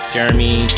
Jeremy